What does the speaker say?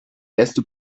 beste